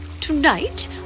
Tonight